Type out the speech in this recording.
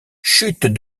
chute